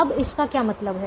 अब इसका क्या मतलब है